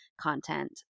content